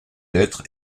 lettres